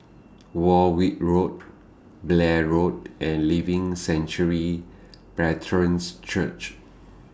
Warwick Road Blair Road and Living Sanctuary Brethren's Church